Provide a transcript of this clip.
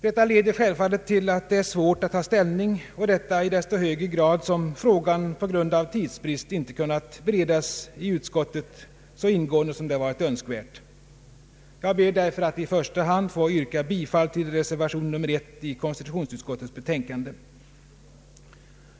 Detta leder självfallet till att det är svårt att ta ställning, i desto högre grad som frågan på grund av tids brist inte kunnat beredas i utskottet så ingående som det hade varit önskvärt. Jag kommer därför att i första hand yrka bifall till reservation 1 vid konstitutionsutskottets utlåtande.